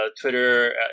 Twitter